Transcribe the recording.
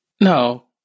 No